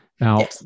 Now